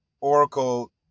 Oracle